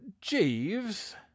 Jeeves